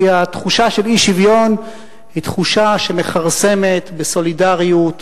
כי התחושה של אי-שוויון היא תחושה שמכרסמת בסולידריות,